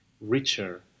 richer